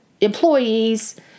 employees